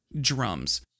drums